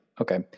okay